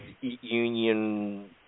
union